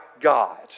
God